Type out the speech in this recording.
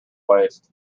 waste